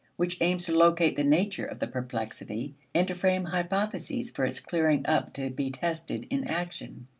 which aims to locate the nature of the perplexity and to frame hypotheses for its clearing up to be tested in action.